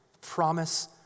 Promise